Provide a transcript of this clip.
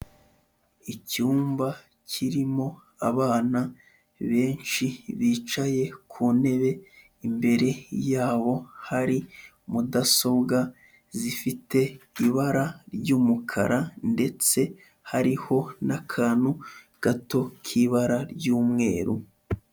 Icyumba kirimo abana benshi bicaye ku ntebe, imbere yabo hari mudasobwa zifite ibara ry'umukara ndetse hariho n'akantu gato k'ibara ry'umweru.